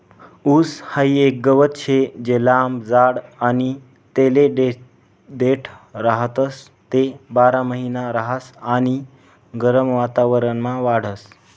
ऊस हाई एक गवत शे जे लंब जाड आणि तेले देठ राहतस, ते बारामहिना रहास आणि गरम वातावरणमा वाढस